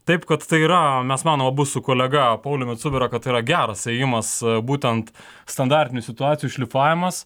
taip kad tai yra mes manom abu su kolega pauliumi cubera kad yra geras ėjimas būtent standartinių situacijų šlifavimas